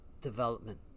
development